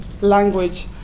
language